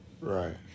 Right